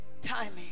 timing